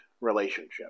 relationship